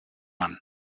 run